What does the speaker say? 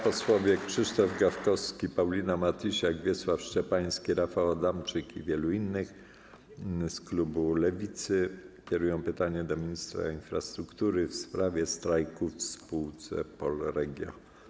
Posłowie Krzysztof Gawkowski, Paulina Matysiak, Wiesław Szczepański, Rafał Adamczyk i wielu innych z klubu Lewicy kierują pytanie do ministra infrastruktury w sprawie strajku w spółce Polregio.